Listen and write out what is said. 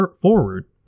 forward